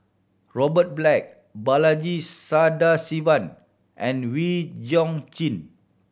Robert Black Balaji Sadasivan and Wee Chong Jin